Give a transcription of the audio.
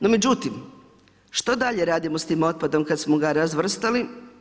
No međutim, što dalje radimo s tim otpadom kada smo ga razvrstali?